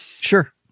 Sure